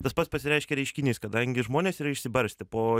tas pats pasireiškia reiškinys kadangi žmonės yra išsibarstę po